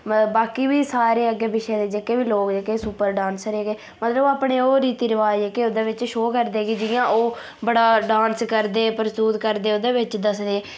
बाकी बी सारे अग्गे पिच्छे दे लोक जेह्के बी लोक जेह्के सुपर डांसर हे मतलब अपने ओह् रीती रवाज जेह्के ओह्दे च शो करदे जियां ओह् बड़ा डांस करदे प्रस्तुत करदे ओह्दे च दसदे